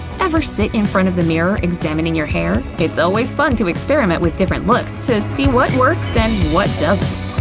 ever sit in front of the mirror examining your hair? it's always fun to experiment with different looks to see what works and what doesn't.